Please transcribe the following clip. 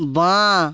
বাঁ